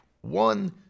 one